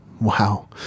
Wow